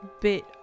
bit